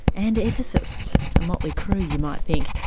and ethicists a motley crew you might think.